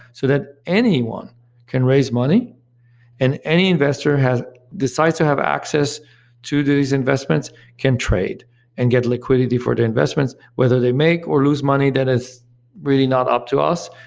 so that anyone can raise money and any investor decides to have access to these investments can trade and get liquidity for the investments, whether they make or lose money that is really not up to us,